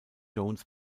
jones